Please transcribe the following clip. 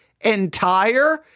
entire